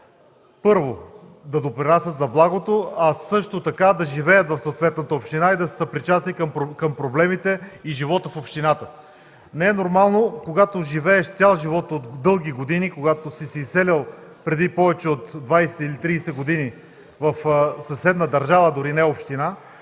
първо, да допринасят за благото, а също така да живеят в съответната община и да са съпричастни към проблемите и живота в общината. Не е нормално, когато живееш цял живот, от дълги години си се изселил преди повече от 20 или 30 години в съседна държава, дори не община,